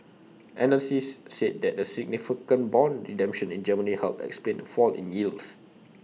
analysts said that the significant Bond redemption in Germany helped explain fall in yields